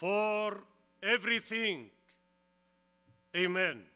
for everything amen